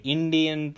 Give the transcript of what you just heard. Indian